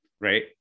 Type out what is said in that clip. right